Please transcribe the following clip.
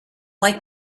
like